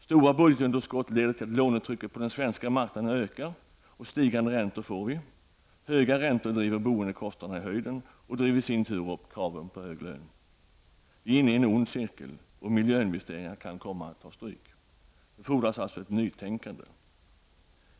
Stora budgetunderskott leder till att lånetrycket på den svenska marknaden ökar, vilket innebär stigande räntor. Höga räntor driver boendekostnaderna i höjden, vilket i sin tur driver upp kraven på högre lön. Vi är inne i en ond cirkel. Och miljöinvesteringarna kan komma att ta stryk. Det fordras alltså ett nytänkande.